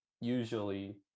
usually